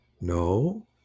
No